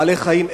בעלי-חיים,